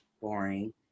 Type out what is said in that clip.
boring